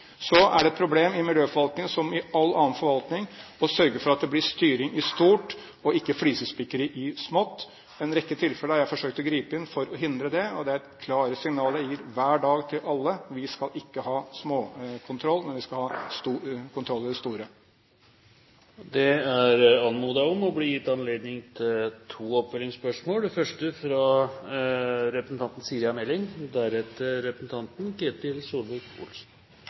Så er det et problem i miljøforvaltningen som i all annen forvaltning å sørge for at det blir styring i stort, og ikke flisespikkeri i smått. I en rekke tilfeller har jeg forsøkt å gripe inn for å hindre det, og det er klare signaler jeg gir hver dag til alle: Vi skal ikke ha kontroll i det små, vi skal ha kontroll i det store. Det blir gitt anledning til to oppfølgingsspørsmål – først Siri A. Meling.